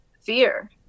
fear